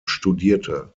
studierte